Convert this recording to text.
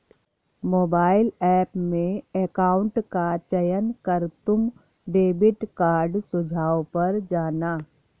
mobile app में account का चयन कर तुम डेबिट कार्ड सुझाव पर जाना